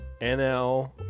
NL